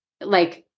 Like-